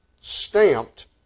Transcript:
stamped